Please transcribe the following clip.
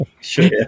sure